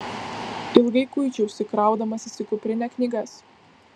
ilgai kuičiausi kraudamasis į kuprinę knygas